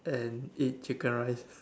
and eat chicken rice